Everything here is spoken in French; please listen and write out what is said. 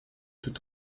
tout